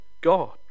God